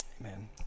amen